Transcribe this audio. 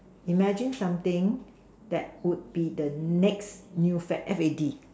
imagine something that would be the next new fad F_A_D